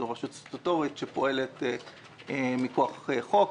זו רשות סטטוטורית שפועלת מכוח חוק